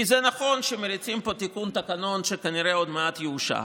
כי זה נכון שמריצים פה תיקון תקנון שכנראה עוד מעט יאושר,